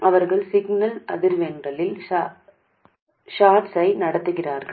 அவர்கள் சிக்னல் அதிர்வெண்ணில் ஷார்ட்ஸை நடத்துகிறார்கள்